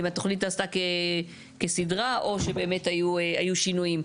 אם התוכנית עשתה כסדרה או שבאמת היו שינויים.